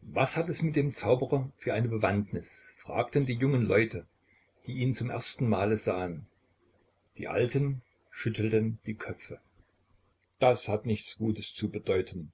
was hat es mit dem zauberer für eine bewandtnis fragten die jungen leute die ihn zum ersten male sahen die alten schüttelten die köpfe das hat nichts gutes zu bedeuten